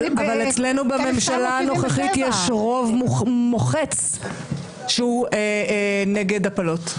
אבל אצלנו בממשלה הנוכחית יש רוב מוחץ שהוא נגד הפלות.